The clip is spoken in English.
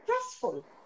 stressful